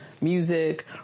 music